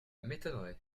m’étonnerait